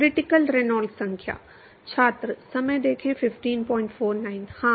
critical Reynolds संख्या हां